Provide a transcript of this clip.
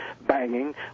banging